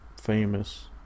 famous